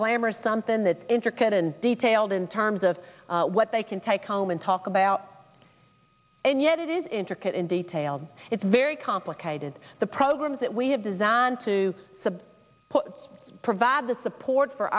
glamorous something that's intricate and detailed in terms of what they can take home and talk about and yet it is interested in details it's very complicated the programs that we have designed to provide the support for